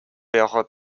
явахад